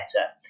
better